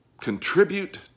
contribute